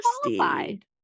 Qualified